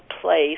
place